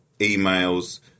emails